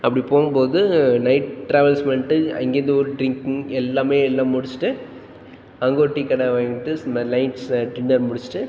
அப்படி போகும் போது நைட் ட்ராவல்ஸ் பண்ணிட்டு அங்கேருந்து ஒரு ட்ரிங்க்கு எல்லாமே எல்லாம் முடிச்சுட்டு அங்கே ஒரு டீக்கடை சும்மா லைட் ஷ டின்னர் முடிச்சுட்டு